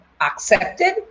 accepted